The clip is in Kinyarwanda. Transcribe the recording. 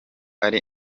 ari